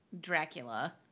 Dracula